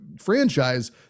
franchise